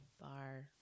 bar